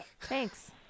Thanks